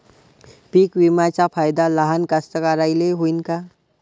पीक विम्याचा फायदा लहान कास्तकाराइले होईन का?